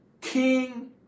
king